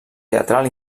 teatral